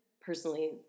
personally